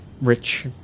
rich